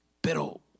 Pero